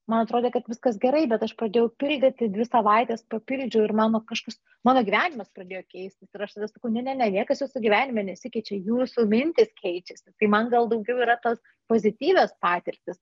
man atrodė kad viskas gerai bet aš pradėjau pildyti dvi savaites papildžiau ir mano kažkas mano gyvenimas pradėjo keistis ir aš tada sakau ne ne ne niekas jūsų gyvenime nesikeičia jūsų mintys keičiasi tai man gal daugiau yra tos pozityvios patirtys